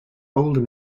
older